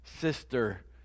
sister